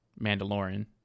Mandalorian